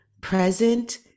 present